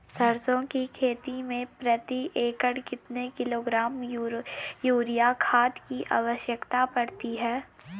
सरसों की खेती में प्रति एकड़ कितने किलोग्राम यूरिया खाद की आवश्यकता पड़ती है?